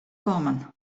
kommen